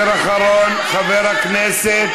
חבר הכנסת